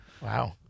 Wow